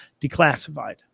declassified